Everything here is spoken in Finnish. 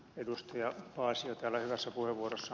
aivan niin kuin ed